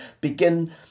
begin